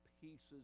pieces